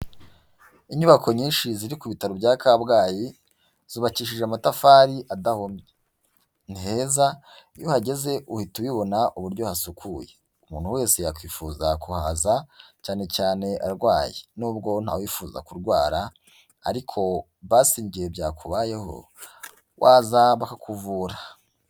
Inyubako nyinshi ziri ku bitaro bya Kabgayi, zubakishije amatafari adahomye. Ni heza, iyo uhageze uhita ubibona uburyo hasukuye. Umuntu wese yakwifuza kuhaza cyane cyane arwaye. Nubwo nta wifuza kurwara, ariko basi mu gihe byakubayeho, waza bakakuvura.